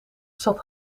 zat